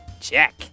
Check